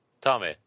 Tommy